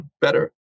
better